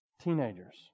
Teenagers